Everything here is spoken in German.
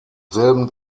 selben